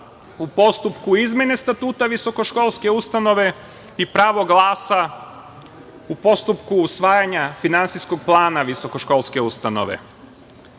u postupku izmene Statuta visokoškolske ustanove i pravo glasa u postupku usvajanja finansijskog plana visokoškolske ustanove. Što